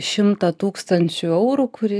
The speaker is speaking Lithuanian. šimtą tūkstančių eurų kuri